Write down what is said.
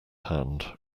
hand